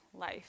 life